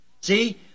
See